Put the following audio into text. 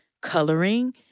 coloring